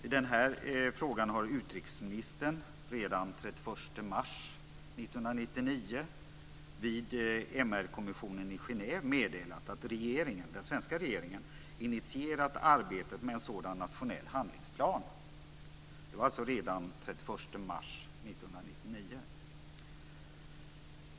I den här frågan har utrikesministern redan den 31 mars 1999 vid MR-kommissionen i Genève meddelat att den svenska regeringen initierat arbetet med en sådan nationell handlingsplan. Det var alltså redan den 31 mars 1999.